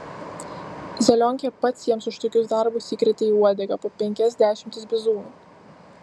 zelionkė pats jiems už tokius darbus įkrėtė į uodegą po penkias dešimtis bizūnų